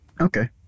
Okay